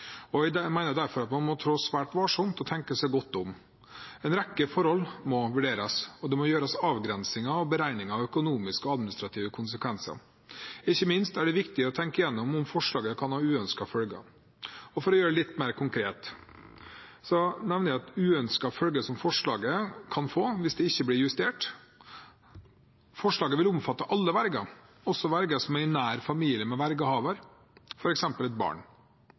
Jeg mener derfor at man må trå svært varsomt og tenke seg godt om. En rekke forhold må vurderes, og det må gjøres avgrensninger og beregninger av økonomiske og administrative konsekvenser. Ikke minst er det viktig å tenke gjennom om forslaget kan ha uønskede følger. For å gjøre det litt mer konkret nevner jeg uønskede følger som forslaget kan få hvis det ikke blir justert. Forslaget vil omfatte alle verger, også verger som er i nær familie med vergehaver, f.eks. et barn.